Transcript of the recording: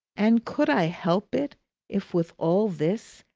and could i help it if with all this,